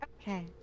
Okay